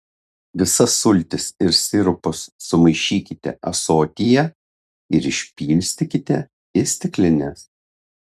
visas sultis ir sirupus sumaišykite ąsotyje ir išpilstykite į stiklines